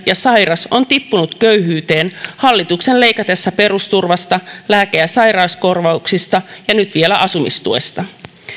ja sairas on tippunut köyhyyteen hallituksen leikatessa perusturvasta lääke ja sairauskorvauksista ja nyt vielä asumistuesta